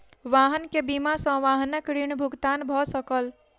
वाहन के बीमा सॅ वाहनक ऋण भुगतान भ सकल